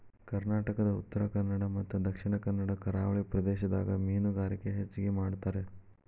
ಕರ್ನಾಟಕದಾಗ ಉತ್ತರಕನ್ನಡ ಮತ್ತ ದಕ್ಷಿಣ ಕನ್ನಡ ಕರಾವಳಿ ಪ್ರದೇಶದಾಗ ಮೇನುಗಾರಿಕೆ ಹೆಚಗಿ ಮಾಡ್ತಾರ